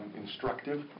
instructive